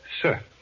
sir